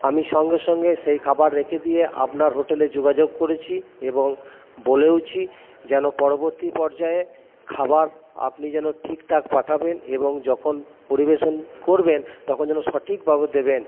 আমি সঙ্গে সঙ্গে সেই খাবার রেখে দিয়ে আপনার হোটেলে যোগাযোগ করেছি এবং বলেওছি যেন পরবর্তী পর্যায়ে খাবার আপনি যেন ঠিক ঠাক পাঠাবেন এবং যখন পরিবেশন করবেন তখন যেন সঠিকভাবে দেবেন